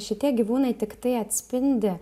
šitie gyvūnai tiktai atspindi